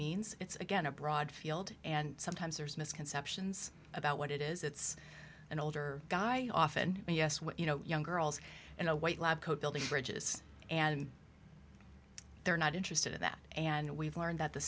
means it's again a broad field and sometimes there's misconceptions about what it is it's an older guy often yes what you know young girls in a white lab coat building bridges and they're not interested in that and we've learned that the